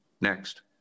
next